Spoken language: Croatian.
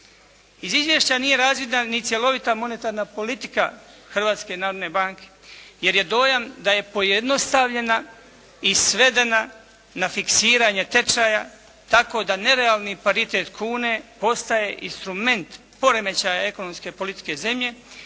Iz izvješća nije razvidna ni cjelovita monetarna politika Hrvatske narodne banke, jer je dojam da je pojednostavljena i svedena na fiksiranje tečaja tako da nerealni paritet kune postaje instrument poremećaja ekonomske politike zemlje